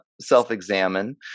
self-examine